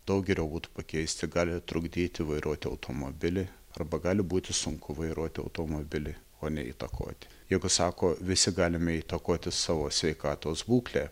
daug geriau būtų pakeisti gali trukdyti vairuoti automobilį arba gali būti sunku vairuoti automobilį o ne įtakoti jeigu sako visi galime įtakoti savo sveikatos būklę